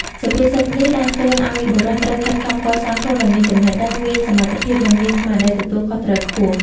សុភាសិតនេះដាស់តឿនឱ្យបុរសត្រូវខិតខំកសាងខ្លួនឱ្យមានចំណេះដឹង មានសមត្ថភាព និងមានស្មារតីទទួលខុសត្រូវខ្ពស់។